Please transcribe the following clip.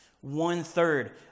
One-third